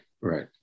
Right